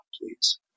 please